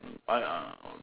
I uh